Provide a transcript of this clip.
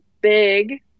big